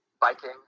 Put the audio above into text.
biking